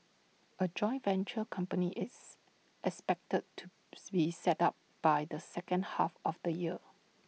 A joint venture company is expected to be set up by the second half of the year